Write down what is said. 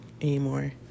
anymore